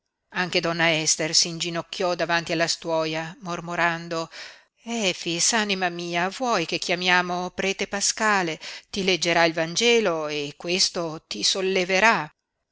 anche donna ester si inginocchiò davanti alla stuoia mormorando efix anima mia vuoi che chiamiamo prete paskale ti leggerà il vangelo e questo ti solleverà